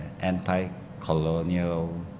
anti-colonial